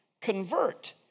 convert